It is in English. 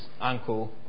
uncle